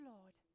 Lord